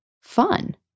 fun